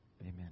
Amen